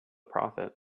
prophet